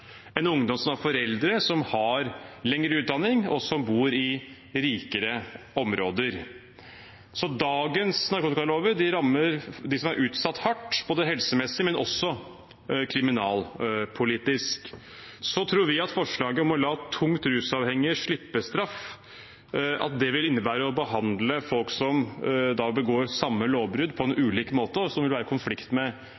ungdom som har foreldre som har lengre utdanning, og som bor i rikere områder. Så dagens narkotikalover rammer dem som er utsatt, hardt helsemessig, men også kriminalpolitisk. Vi tror forslaget om å la tungt rusavhengige slippe straff vil innebære å behandle folk som begår samme lovbrudd, på